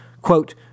quote